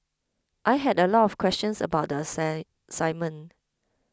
I had a lot of questions about the assign assignment